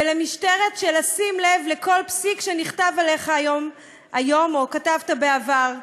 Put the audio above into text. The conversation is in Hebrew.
ולמשטרת לשים לב לכל פסיק שנכתב עליך היום או כתבת בעבר,